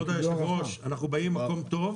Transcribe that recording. כבוד היושב ראש אנחנו באים ממקום טוב.